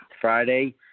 Friday